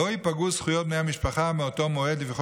לא ייפגעו זכויות בני המשפחה מאותו מועד לפי